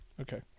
okay